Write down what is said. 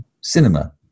cinema